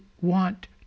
want